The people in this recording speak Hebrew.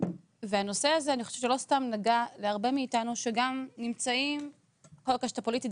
לא סתם נגע להרבה מאיתנו שגם נמצאים בכל הקשת הפוליטית,